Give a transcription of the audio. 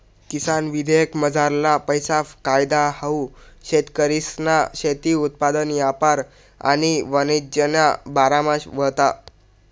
किसान विधेयकमझारला पैला कायदा हाऊ शेतकरीसना शेती उत्पादन यापार आणि वाणिज्यना बारामा व्हता